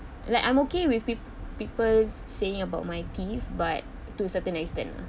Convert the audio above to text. like I'm okay with pe~ people saying about my teeth but to a certain extent